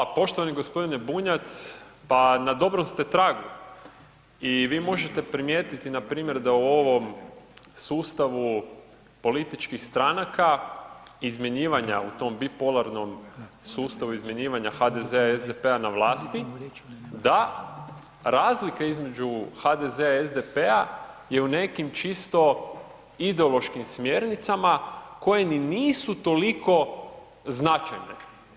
Hvala, poštovani gospodine Bunjac, pa na dobrom ste tragu i vi možete primijetiti npr. da u ovom sustavu političkih stranaka izmjenjivanja u tom bipolarnom sustavu izmjenjivanja HDZ-a i SDP-a na vlasi da razlika između HDZ-a i SDP-a je u nekim čisto ideološkim smjernicama koje ni nisu toliko značajne.